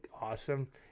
awesome